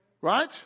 Right